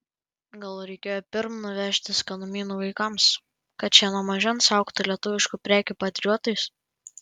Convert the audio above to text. gal reikėjo pirm nuvežti skanumynų vaikams kad šie nuo mažens augtų lietuviškų prekių patriotais